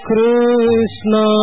Krishna